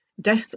Death